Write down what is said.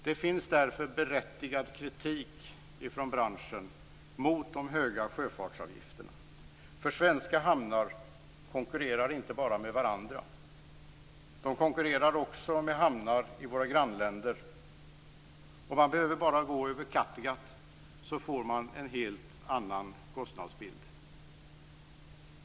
Det finns därför en berättigad kritik från branschen av de höga sjöfartsavgifterna. Svenska hamnar konkurrerar inte bara med varandra, de konkurrerar också med hamnar i våra grannländer. Man behöver bara gå över Kattegatt så får man en helt annan kostnadsbild.